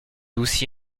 aussi